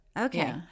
Okay